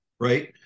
Right